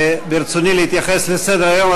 ברצוני להתייחס לסדר-היום.